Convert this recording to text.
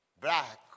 black